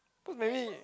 maybe